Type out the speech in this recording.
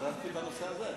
חשבתי, בנושא הזה.